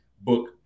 book